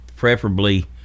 preferably